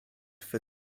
for